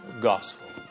gospel